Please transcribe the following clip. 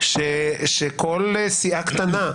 שכל סיעה קטנה,